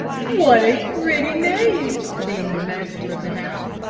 what a pretty name, beamed the master of the house.